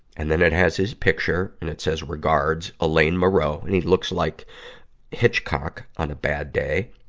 and then it has his picture, and it says regards, alain moreau. and he looks like hitchcock on a bad day.